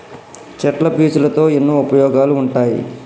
చెట్ల పీచులతో ఎన్నో ఉపయోగాలు ఉంటాయి